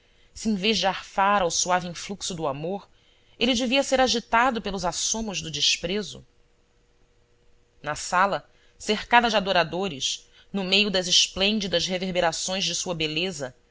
se em vez de arfar ao suave influxo do amor ele devia ser agitado pelos assomos do desprezo na sala cercada de adoradores no meio das esplêndidas reverberações de sua beleza